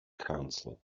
counsel